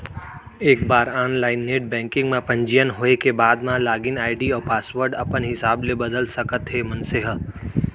एक बार online net banking म पंजीयन होए के बाद म लागिन आईडी अउ पासवर्ड अपन हिसाब ले बदल सकत हे मनसे ह